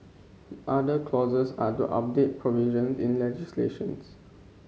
other clauses are to update provisions in legislations